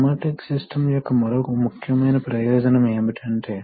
కాబట్టిఈ స్థితిలో ఏమిటి జరగబోయేది అంటే